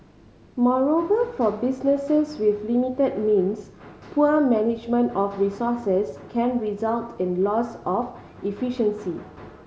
moreover for businesses with limited means poor management of resources can result in loss of efficiency